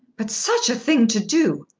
but such a thing to do!